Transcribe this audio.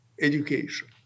Education